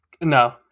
No